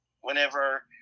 whenever